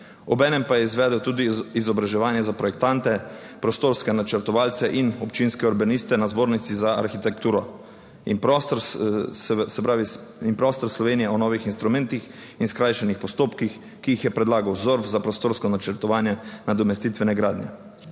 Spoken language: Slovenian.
obenem pa je izvedel tudi izobraževanje za projektante, prostorske načrtovalce in občinske urbaniste na Zbornici za arhitekturo in prostor, se pravi, in prostor Slovenije o novih instrumentih in skrajšanih postopkih, ki jih je predlagal ZORF za prostorsko načrtovanje nadomestitvene gradnje.